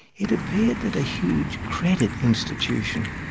it appeared that a huge credit institution,